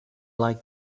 like